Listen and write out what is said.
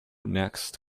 next